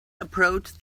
approached